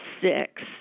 six